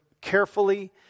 carefully